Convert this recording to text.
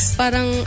parang